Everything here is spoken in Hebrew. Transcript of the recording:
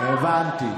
הבנתי.